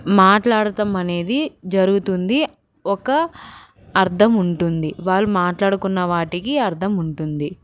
మాట్లాడడం అనేది జరుగుతుంది ఒక అర్థం ఉంటుంది వాళ్ళు మాట్లాడుకున్న వాటికి అర్థం ఉంటుంది